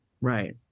Right